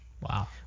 Wow